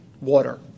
water